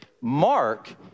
Mark